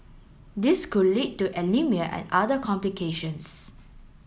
this could lead to anaemia and other complications